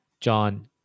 John